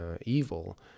evil